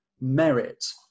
merit